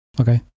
okay